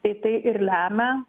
tai tai ir lemia